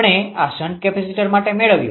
આપણે આ shunt capacitor માટે મેળવ્યું